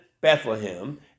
Bethlehem